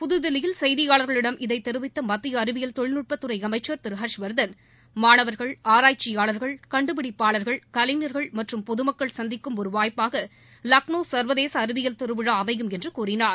புதுதில்லியில் செய்தியாளர்களிடம் இதைத் தெரிவித்த மத்திய அறிவியல் தொழில்நுட்பத்துறை அமைச்சர் திரு ஹர்ஷ் வர்தன் மாணவர்கள் ஆராய்ச்சியாளர்கள் கண்டுபிடிப்பாளர்கள் கலைஞர்கள் மற்றும் பொதுமக்கள் சந்திக்கும் ஒரு வாய்ப்பாக லக்னோ சர்வதேச அறிவியல் திருவிழா அமையும் என்று கூறினார்